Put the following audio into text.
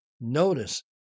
notice